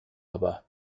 aber